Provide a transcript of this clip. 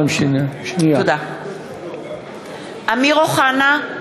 (קוראת בשמות חברי הכנסת) אמיר אוחנה,